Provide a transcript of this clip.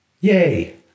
Yay